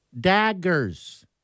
Daggers